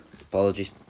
Apologies